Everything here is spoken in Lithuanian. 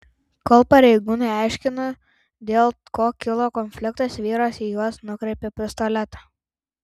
kol pareigūnai aiškino dėl ko kilo konfliktas vyras į juos nukreipė pistoletą